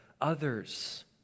others